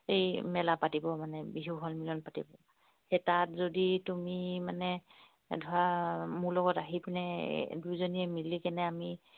এই মেলা পাতিব মানে বিহু সন্মিলন পাতিব সেই তাত যদি তুমি মানে ধৰা মোৰ লগত আহি পিনে দুয়োজনীয়ে মিলি কেনে আমি